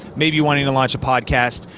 maybe wanting to launch a podcast.